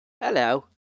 Hello